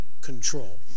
control